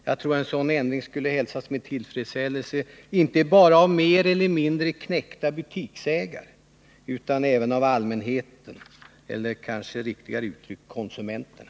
Jag tror att en sådan ändring skulle hälsas med tillfredsställelse inte bara av mer eller mindre knäckta butiksägare utan även av allmänheten — eller kanske riktigare uttryckt av konsumenterna.